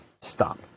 Stop